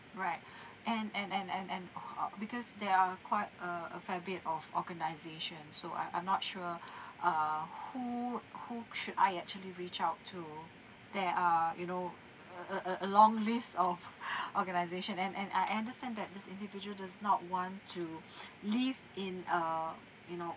right and and and and and wh~ uh because there are quite uh a fair bit of organisations so I I'm not sure err who who should I actually reach out to there are you know a a a a long list of organisation and and I understand that this individual does not want to live in a you know